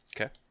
Okay